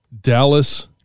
Dallas